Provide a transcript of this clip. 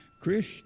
Chris